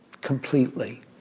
completely